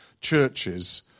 churches